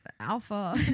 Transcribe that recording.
alpha